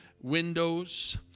windows